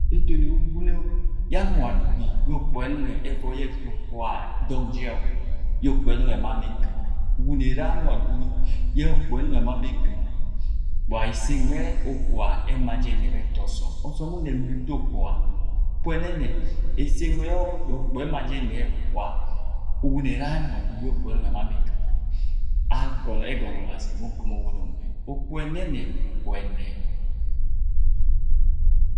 Eto ni uwuno yẹ anung adugi yẹ ukpuga, ẹvọi ye to ukpuga dong jẹ ẹgwu yẹ ukpuga ẹnung ẹma mọ ẹkɉmo uwuno ara yẹ anung adigi ye okpuga ẹnung ẹma mọ ekɉmo, wa ise ngẹ okpuga ema jẹ ẹnẹp ẹta ọsọm, ọsọm unẹp ni uta ukpuga, wa ise ngẹ okpuga ema jẹ ẹnẹp ẹta ọsọm, ọsọm unẹp ni uta ukpuga, ukpuga ẹnẹnẹp, ise nwẹ yẹ ukpuga ẹma ẹnẹp wa, uwuno era ya anung adugi ye ukpuga ẹnung ẹma mọ ekɉmo ẹgọnọ obazi mu ukɉmo uwuno nwẹ, ukpuga ẹnẹnẹp, ukpuga ẹnẹp.